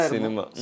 Cinema